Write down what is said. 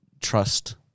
trust